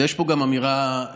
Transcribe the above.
ויש פה גם אמירת פנים,